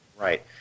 Right